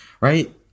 right